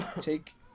take